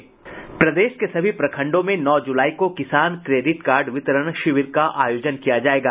प्रदेश के सभी प्रखंडों में नौ जुलाई को किसान क्रेडिट कार्ड वितरण शिविर का आयोजन किया जायेगा